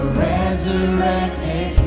resurrected